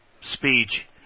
speech